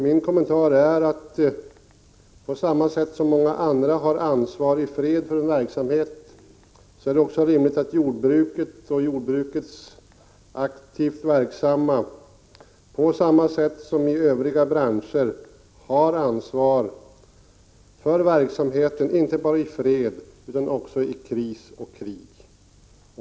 Min kommentar är den att det på samma sätt som man inom övriga branscher där man har ansvar för en verksamhet i fred också är rimligt att jordbrukets aktivt verksamma har ansvaret för verksamheten inte bara i fred utan också i kris och krig.